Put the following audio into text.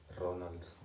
ronald